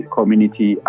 Community